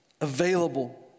available